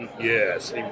yes